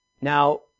Now